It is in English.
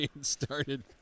started